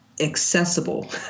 accessible